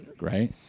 Right